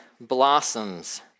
blossoms